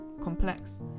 complex